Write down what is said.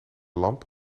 lamp